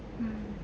mm